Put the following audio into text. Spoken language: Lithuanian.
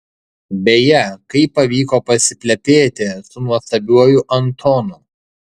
beje kaip pavyko pasiplepėti su nuostabiuoju antonu